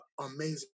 amazing